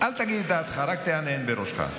אל תגיד את דעתך, רק תהנהן בראשך.